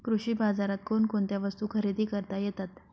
कृषी बाजारात कोणकोणत्या वस्तू खरेदी करता येतात